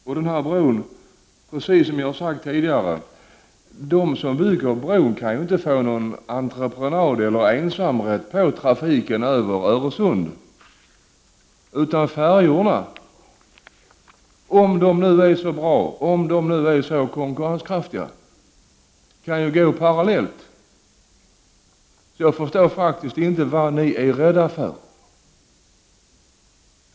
Och de som bygger bron, som jag har sagt tidigare, kan ju inte få någon entreprenad på eller ensamrätt till trafiken över Öresund, utan färjorna, om de nu är så bra och konkurrenskraftiga som påstås, kan köra parallellt. Jag förstår faktiskt inte vad ni är rädda för.